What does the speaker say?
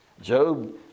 Job